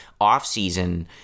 offseason